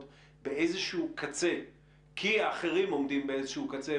באיזשהו קצה כי האחרים עומדים באיזשהו קצה,